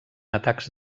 atacs